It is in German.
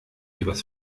übers